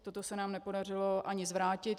Toto se nám nepodařilo ani zvrátit.